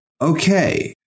Okay